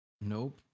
Nope